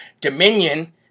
Dominion